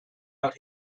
out